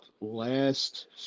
last